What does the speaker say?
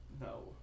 No